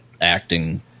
acting